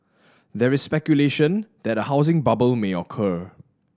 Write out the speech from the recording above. there is speculation that a housing bubble may occur